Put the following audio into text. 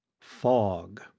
Fog